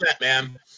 man